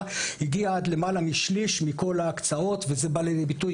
הגיע למעל שליש מכל ההקצאות וזה בא לידי ביטוי